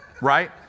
right